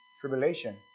tribulation